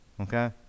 Okay